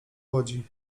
łodzi